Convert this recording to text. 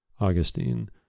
Augustine